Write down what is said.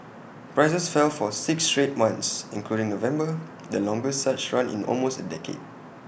prices fell for six straight months including November the longest such run in almost A decade